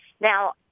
Now